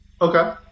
okay